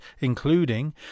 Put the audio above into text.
including